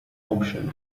option